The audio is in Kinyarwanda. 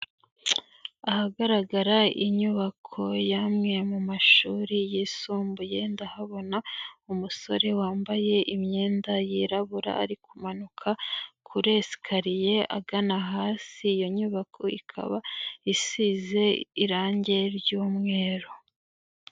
Ahagaragara inyubako y'amwe mu mashuri yisumbuye ndahabona umusore wambaye imyenda yirabura ari kumanuka kuri esikariye agana hasi iyo nyubako ikaba isize irangi ry'umweru.